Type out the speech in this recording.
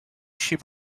she